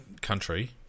country